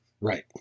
Right